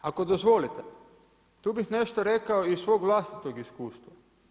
Ako dozvolite, tu bih nešto rekao i iz svog vlastitog iskustva.